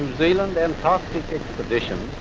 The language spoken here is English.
and zealand antarctic expedition,